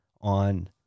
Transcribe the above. on